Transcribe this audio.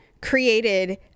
created